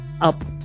up